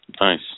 Nice